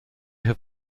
have